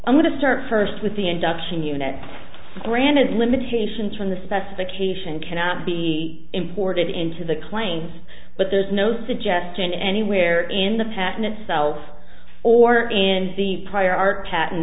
i'm going to start first with the induction unit granted limitations from the specification cannot be imported into the claims but there's no suggestion anywhere in the patent itself or in the prior art pat